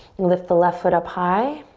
and lift the left foot up high.